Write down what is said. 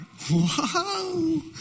Whoa